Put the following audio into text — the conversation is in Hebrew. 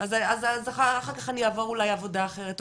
אז אח"כ אני אעבור אולי לעבודה אחרת.